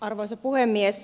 arvoisa puhemies